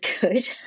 good